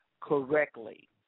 correctly